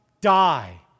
die